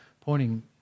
pointing